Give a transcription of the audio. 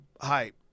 hype